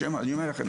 אני אומר לכם,